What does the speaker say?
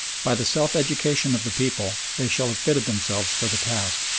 by the self-education of the people, they shall have fitted themselves for the task.